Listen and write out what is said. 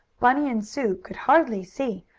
bunny and sue could hardly see,